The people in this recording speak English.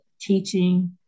teaching